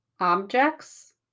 objects